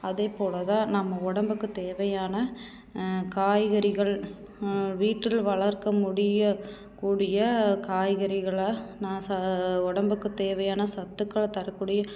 அதேப்போல் தான் நம்ம உடம்புக்குத் தேவையான காய்கறிகள் வீட்டில் வளர்க்க முடிய கூடிய காய்கறிகளை நான் ச உடம்புக்குத் தேவையான சத்துக்களை தரக்கூடிய